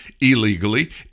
illegally